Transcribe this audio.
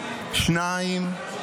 2. אנחנו